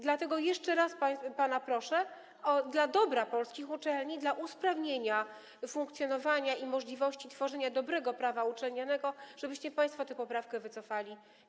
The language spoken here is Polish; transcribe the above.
Dlatego jeszcze raz pana proszę dla dobra polskich uczelni, dla usprawnienia funkcjonowania i możliwości tworzenia dobrego prawa uczelnianego, żebyście państwo tę poprawkę wycofali.